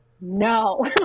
no